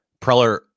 Preller